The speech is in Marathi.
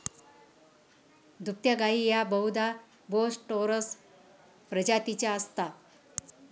दुभत्या गायी या बहुधा बोस टोरस प्रजातीच्या असतात